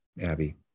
Abby